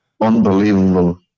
unbelievable